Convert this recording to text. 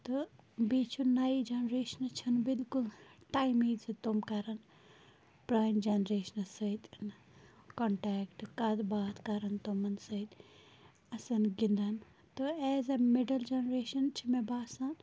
تہٕ بیٚیہِ چھُ نَوِ جٮ۪نریشن چھَنہٕ بِلکُل ٹایمٕے زِ تِم کَرَن پرٛانہِ جٮ۪نریشن سۭتۍ کونٹیکٹ کَتھ باتھ کَرَن تِمَن سۭتۍ اَسَن گِنٛدان تہٕ ایز اےٚ مِڈٕل جٮ۪نریشَن چھِ مےٚ باسان